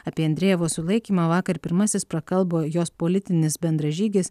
apie andrejevo sulaikymą vakar pirmasis prakalbo jos politinis bendražygis